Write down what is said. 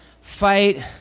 fight